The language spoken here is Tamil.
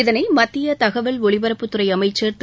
இதனை மத்திய தகவல் ஒலிபரப்புத்துறை அமைச்சர் திரு